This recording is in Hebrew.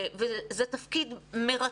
זה תפקיד מרתק.